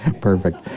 Perfect